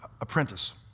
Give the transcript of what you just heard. apprentice